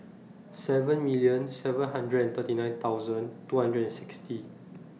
seven million seven hundred and thirty nine thousand two hundred and sixty